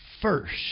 first